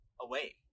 away